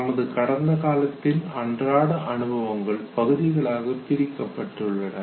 நமது கடந்த காலத்தின் அன்றாட அனுபவங்கள் பகுதிகளாக பிரிக்கப்பட்டுள்ளன